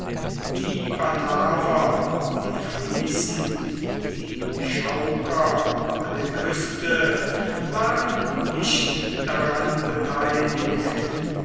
die bataver die friesen die chauker an der küste waren nicht daran